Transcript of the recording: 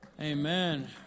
Amen